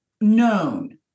Known